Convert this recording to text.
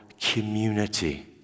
community